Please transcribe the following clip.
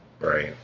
right